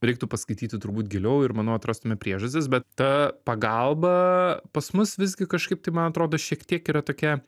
reiktų paskaityti turbūt giliau ir manau atrastume priežastis bet ta pagalba pas mus visgi kažkaip tai man atrodo šiek tiek yra tokia